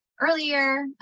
earlier